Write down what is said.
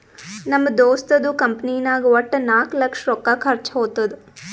ನಮ್ ದೋಸ್ತದು ಕಂಪನಿನಾಗ್ ವಟ್ಟ ನಾಕ್ ಲಕ್ಷ ರೊಕ್ಕಾ ಖರ್ಚಾ ಹೊತ್ತುದ್